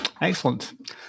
Excellent